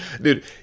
Dude